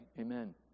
Amen